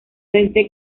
desde